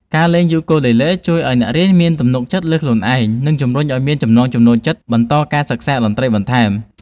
ការលេងយូគូលេលេជួយឲ្យអ្នករៀនមានទំនុកចិត្តលើខ្លួនឯង និងជំរុញឲ្យមានចំណង់ចំណូលចិត្តបន្តការសិក្សាតន្ត្រីបន្ថែម។